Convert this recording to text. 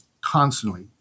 constantly